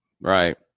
right